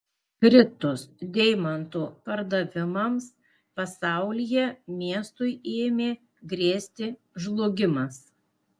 kritus deimantų pardavimams pasaulyje miestui ėmė grėsti žlugimas